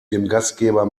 gastgeber